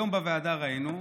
היום בוועדה ראינו,